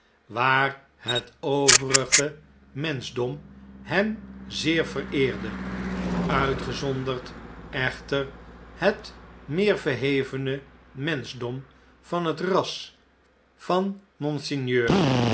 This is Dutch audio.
waar het overige menschdom hem zeer vereerde uitgezonderd echter het meer verhevene menschdom van het ras van monseigneur